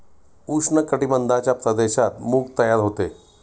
उष्ण कटिबंधाच्या प्रदेशात मूग तयार होते